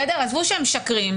עזבו שהם משקרים,